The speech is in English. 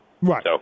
Right